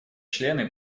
члены